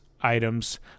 items